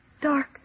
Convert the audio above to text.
dark